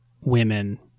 women